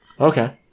Okay